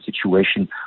situation